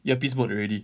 earpiece mode already